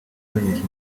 amenyesha